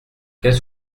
qu’est